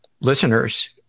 listeners